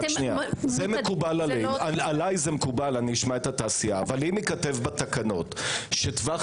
עליי זה מקובל אשמע את התעשייה אבל אם ייכתב בתקנות שטווח